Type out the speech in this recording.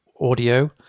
audio